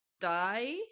die